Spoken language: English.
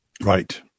right